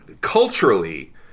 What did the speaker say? culturally